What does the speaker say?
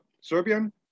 Serbian